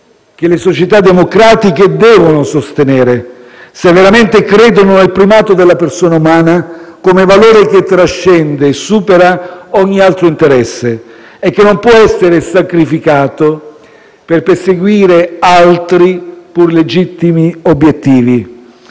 che le società democratiche devono sostenere se veramente credono nel primato della persona umana come valore che trascende e supera ogni altro interesse e che non può essere sacrificato per perseguire altri, pur legittimi, obiettivi.